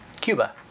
Cuba